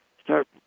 start